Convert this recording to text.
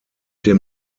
dem